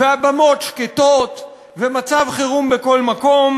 והבמות שקטות, ומצב חירום בכל מקום